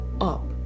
up